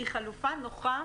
היא חלופה נוחה